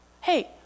Hey